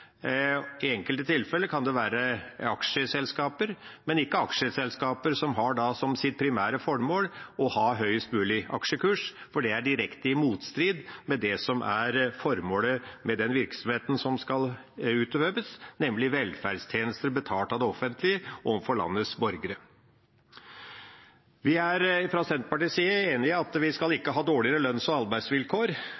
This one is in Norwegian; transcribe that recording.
I enkelte tilfeller kan det være aksjeselskaper, men ikke aksjeselskaper som har som sitt primære formål å ha høyest mulig aksjekurs, for det står i direkte motstrid til det som er formålet med den virksomheten som skal utøves, nemlig velferdstjenester betalt av det offentlige overfor landets borgere. Vi er fra Senterpartiets side enig i at vi ikke skal